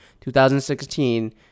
2016